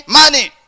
money